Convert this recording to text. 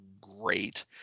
great